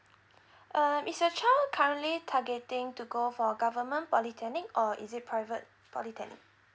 um is your child currently targeting to go for government polytechnic or is it private polytechnic